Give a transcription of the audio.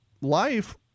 life